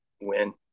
Win